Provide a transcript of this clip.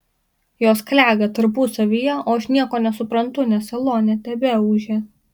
jos klega tarpusavyje o aš nieko nesuprantu nes salone tebeūžia